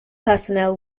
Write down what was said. personnel